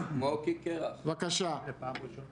כולל חקיקה פרסונלית